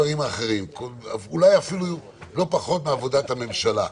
אולי אפילו לא פחות מעבודת הממשלה.